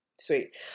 Sweet